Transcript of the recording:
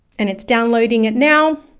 and it's downloading it now.